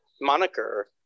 moniker